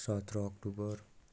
सत्र अक्टोबर